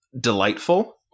delightful